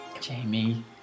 Jamie